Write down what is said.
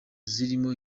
zirimo